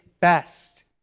best